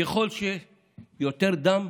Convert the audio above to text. ככל שיהיה יותר דם,